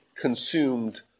consumed